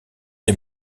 les